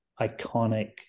iconic